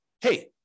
hey